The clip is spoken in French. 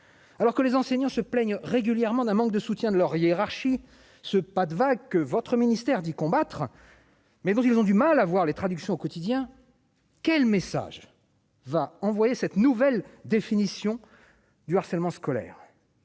Alors que les enseignants se plaignent régulièrement d'un manque de soutien de leur hiérarchie, ce pas de vague que votre ministère du combattre. Mais bon, ils ont du mal à voir les traductions au quotidien, quel message va envoyer cette nouvelle définition du harcèlement scolaire.